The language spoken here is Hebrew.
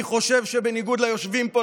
אני חושב שבניגוד ליושבים פה,